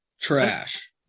trash